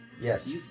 Yes